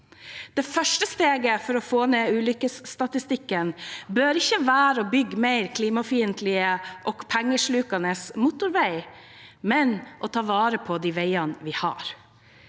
Det første steget for å få ned ulykkesstatistikken bør ikke være å bygge mer klimafiendtlig og pengeslukende motorvei, men å ta vare på de veiene vi har.